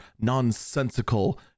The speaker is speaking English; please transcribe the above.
nonsensical